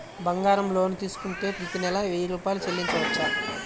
బంగారం లోన్ తీసుకుంటే ప్రతి నెల వెయ్యి రూపాయలు చెల్లించవచ్చా?